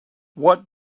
what